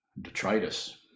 detritus